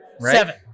Seven